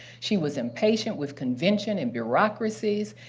she was impatient with convention and bureaucracies.